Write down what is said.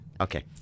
Okay